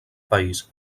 país